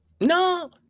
No